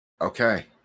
Okay